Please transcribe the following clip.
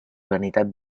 vanitat